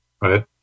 right